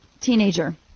teenager